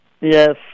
Yes